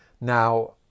Now